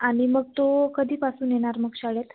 आणि मग तो कधीपासून येणार मग शाळेत